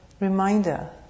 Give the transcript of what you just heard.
reminder